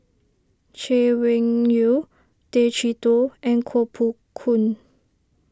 Chay Weng Yew Tay Chee Toh and Koh Poh Koon